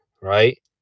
right